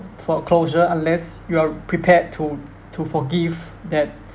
for a closure unless you are prepared to to forgive that